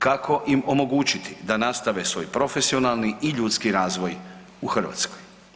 Kako im omogućiti da nastave svoj profesionalni i ljudski razvoj u Hrvatskoj?